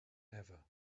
ever